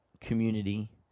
community